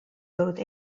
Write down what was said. both